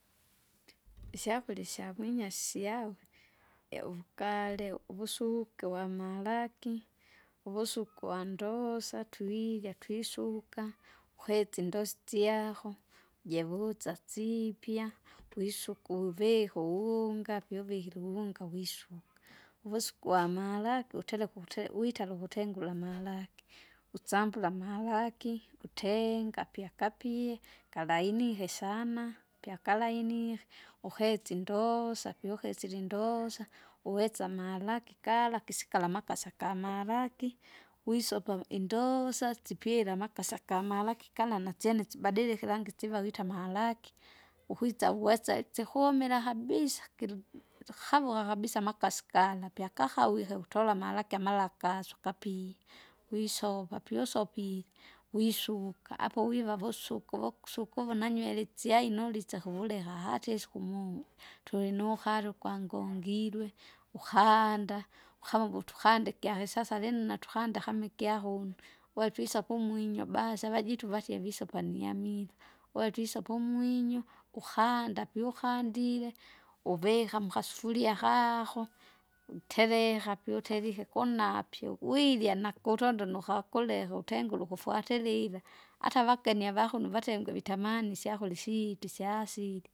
Isyakura isyamwinya syawe, eu- uvugare, uvusuke vamalaki, uvusuke uwandosa tuirya twisuka, ukese indosi tihako, jivutsasipya, wisuku uvike uwunga piuvikire uwunga wisuka. Uvusiku wamaraki utereka ute- witara ukutengura amaharaki, utsambula amalaki, utenga apyakapie kalainike sana pyakalaihe, uhesi indoosa pyoukesile indoosa, uwisa amalaki kala kisikala amakasi akamalaki, wisopavi indosa sipile amaksi akamlaki kla nasyene sibadike irangi siva wite amalaki, kwitsa uwese tsikumila habisa kilu- kilihavoka kabisa kabisa amakasi kala pyakahawike utola amalaki amalakasu kapiye, wisopa pyousopile, wisuka apowiva vosuka vokusuka uvo nanywele itsiai nolisya kuvuleka ahata isiku moja. Tulinuhali ukwangongilwe, uhaanda, uhava uvutu uhandi ikyaisasa lino natukanda kama ikyakuno, wetwisa kumwinyo basi avajitu vatie visopa niamira, wetwisopa umwinyo uhanda piukandile, uvika mukasufuria haho utereha piuterike kunapyo wirya nakutondo nukakuleka utengule ukufwatilila, ata avageni avakuno vatengwe vitamani isyakula isyitu isya asili.